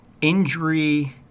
injury